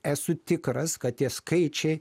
esu tikras kad tie skaičiai